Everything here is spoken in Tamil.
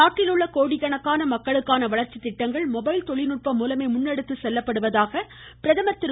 நாட்டில் உள்ள கோடிக்கணக்கான மக்களுக்கான வளர்ச்சி திட்டங்கள் மொபைல் தொழில்நுட்பம் மூலமே முன்னெடுத்துச்செல்லப்படுவதாக பிரதமர் திரு